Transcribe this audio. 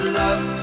love